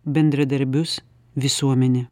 bendradarbius visuomenę